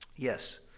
Yes